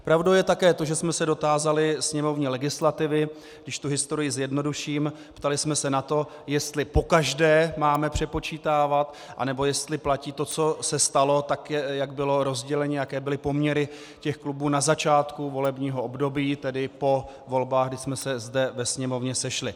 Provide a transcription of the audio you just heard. Pravdou je také to, že jsme se dotázali sněmovní legislativy, když tu historii zjednoduším, ptali jsme se na to, jestli pokaždé máme přepočítávat, a nebo platí to, co se stalo, tak jak bylo rozdělení, jaké byly poměry těch klubů na začátku volebního období, tedy po volbách, kdy jsme se zde ve Sněmovně sešli.